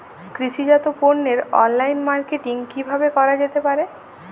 কৃষিজাত পণ্যের online marketing কিভাবে করা যেতে পারে?